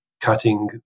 cutting